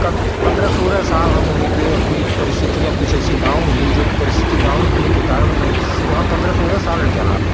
तब पन्द्रह सोलह साल हम वहीं पे अपनी परस्थितियाँ कुछ ऐसी डाउन हुई जो कि परस्थिति डाउन होने के कारण में वहाँ पे पन्द्रह सोलह साल निकाला